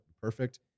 perfect